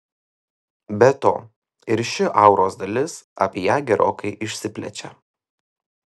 be to ir ši auros dalis apie ją gerokai išsiplečia